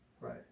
Right